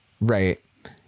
Right